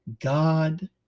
God